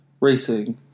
racing